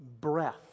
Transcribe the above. breath